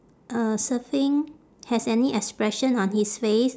uh surfing has any expression on his face